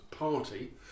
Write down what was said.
Party